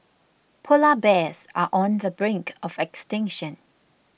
Polar Bears are on the brink of extinction